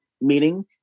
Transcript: meeting